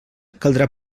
caldrà